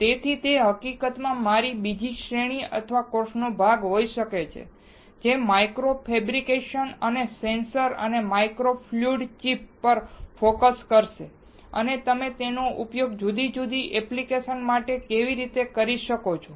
તેથી તે હકીકતમાં મારી બીજી શ્રેણી અથવા કોર્સનો ભાગ હોઈ શકે છે જે માઇક્રો ફેબ્રિકેશન અને સેન્સર અને માઇક્રો ફ્લુઇડિક ચિપ્સ પર ફોકસ કરશે અને તમે તેનો ઉપયોગ જુદી જુદી એપ્લિકેશન્સ માટે કેવી રીતે કરી શકો છો